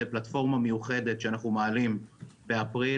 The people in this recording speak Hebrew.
זה פלטפורמה מיוחדת שאנחנו מעלים באפריל.